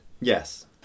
Yes